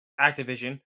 Activision